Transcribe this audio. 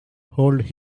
hold